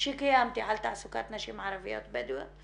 שקיימתי על תעסוקת נשים ערביות בדואיות,